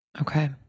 Okay